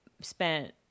spent –